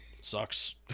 Sucks